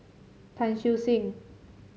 Tan Siew Sin